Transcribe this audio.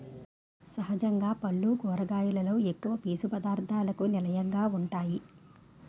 సహజంగా పల్లు కూరగాయలలో ఎక్కువ పీసు పధార్ధాలకు నిలయంగా వుంటాయి